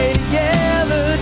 together